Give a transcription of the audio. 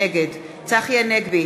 נגד צחי הנגבי,